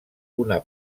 una